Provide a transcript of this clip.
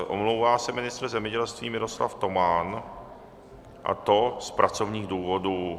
Omlouvá se ministr zemědělství Miroslav Toman, a to z pracovních důvodů.